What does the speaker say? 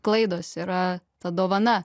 klaidos yra ta dovana